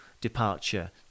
departure